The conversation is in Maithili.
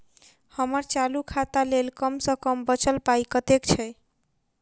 हम्मर चालू खाता लेल कम सँ कम बचल पाइ कतेक छै?